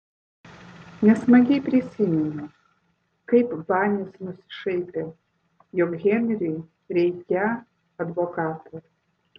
nesmagiai prisiminiau kaip banis nusišaipė jog henriui reikią advokato